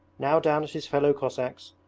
now down at his fellow cossacks,